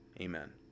Amen